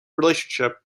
relationship